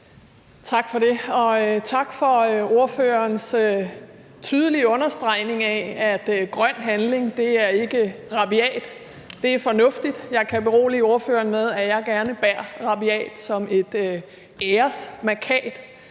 tak for ordførerens tydelige understregning af, at grøn handling ikke er rabiat, det er fornuftigt. Jeg kan berolige ordføreren med, at jeg gerne bærer rabiat som et æresmærkat.